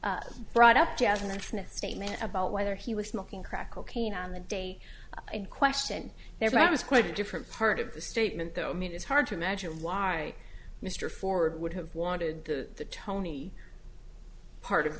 hoyer brought up jasmine from a statement about whether he was smoking crack cocaine on the day in question there but it was quite a different part of the statement though i mean it's hard to imagine why mr ford would have wanted the tony part of